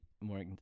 more